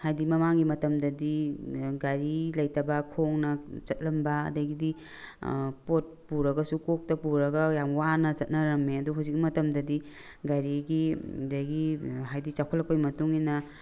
ꯍꯥꯏꯕꯗꯤ ꯃꯃꯥꯡꯒꯤ ꯃꯇꯝꯗꯗꯤ ꯒꯥꯔꯤ ꯂꯩꯇꯕ ꯈꯣꯡꯅ ꯆꯠꯂꯝꯕ ꯑꯗꯒꯤꯗꯤ ꯄꯣꯠ ꯄꯨꯔꯒꯁꯨ ꯀꯣꯛꯇ ꯄꯨꯔꯒ ꯌꯥꯝꯅ ꯋꯥꯅ ꯆꯠꯅꯔꯝꯃꯦ ꯑꯗꯨ ꯍꯧꯖꯤꯛ ꯃꯇꯝꯗꯗꯤ ꯒꯥꯔꯤꯒꯤ ꯑꯗꯒꯤ ꯍꯥꯏꯕꯗꯤ ꯆꯥꯎꯈꯠꯂꯛꯄꯒꯤ ꯃꯇꯨꯡ ꯏꯟꯅ